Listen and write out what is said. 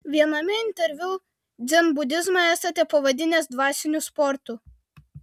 viename interviu dzenbudizmą esate pavadinęs dvasiniu sportu